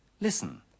Listen